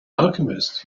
alchemist